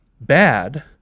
bad